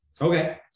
Okay